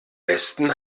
besten